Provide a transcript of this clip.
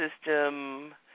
system